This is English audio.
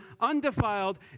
undefiled